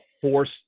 force